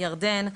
ירדן,